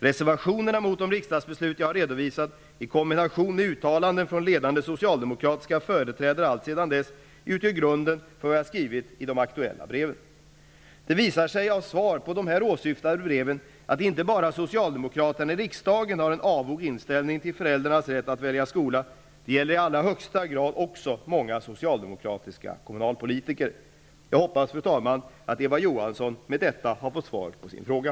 Reservationerna mot de riksdagsbeslut jag har redovisat, i kombination med uttalanden från ledande socialdemokratiska företrädare alltsedan dess, utgör grunden för vad jag skrivit i de aktuella breven. Det visar sig av svar på de här åsyftade breven att inte bara socialdemokraterna i riksdagen har en avog inställning till föräldrarnas rätt att välja skola. Det gäller i allra högsta grad också många socialdemokratiska kommunalpolitiker. Jag hoppas, fru talman, att Eva Johansson med detta har fått svar på sin fråga.